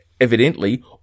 evidently